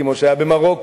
כמו שהיה במרוקו,